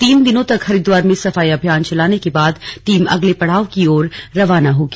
तीन दिनों तक हरिद्वार में सफाई अभियान चलाने के बाद टीम अगले पड़ाव की ओर रवाना होगी